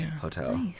Hotel